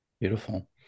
Beautiful